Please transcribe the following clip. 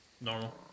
Normal